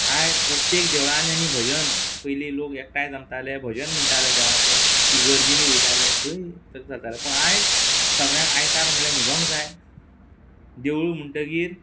आयज प्रत्येक देवळांनी आमी भजन पयलीं लोक एकठांय जमताले भजन म्हणटाले देवाचें इगर्जींनी वयताले थंय तर चलतालें पण आयज सगळ्यांक आयतार म्हळ्ळ्या न्हिदोंक जाय देवूळ म्हणटगीर